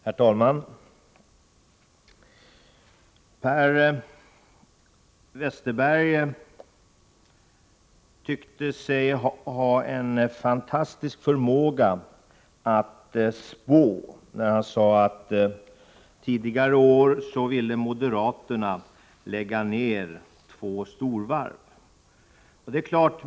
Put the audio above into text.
Herr talman! Per Westerberg tyckte sig ha en fantastisk förmåga att spå, när han sade att moderaterna under tidigare år ville lägga ner två storvarv.